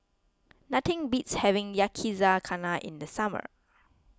nothing beats having Yakizakana in the summer